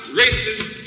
racist